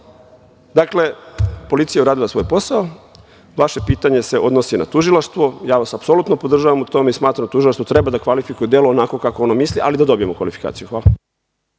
policija je uradila svoj posao, vaše pitanje se odnosi na tužilaštvo, ja vas apsolutno podržavam u tome i smatram da tužilaštvo treba da kvalifikuje delo onako kako ono misli, ali da dobijemo kvalifikaciju. Hvala.